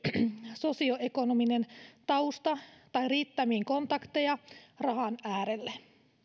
sosioekonominen tausta tai riittämiin kontakteja rahan äärelle